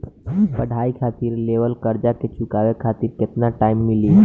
पढ़ाई खातिर लेवल कर्जा के चुकावे खातिर केतना टाइम मिली?